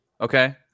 Okay